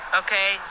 okay